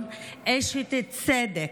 אשת שוויון, אשת צדק.